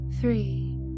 Three